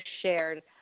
shared